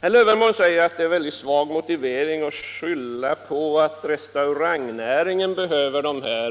Herr Lövenborg säger att det är en mycket svag motivering att skylla på att restaurangnäringen behöver dessa